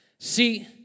See